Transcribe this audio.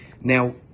Now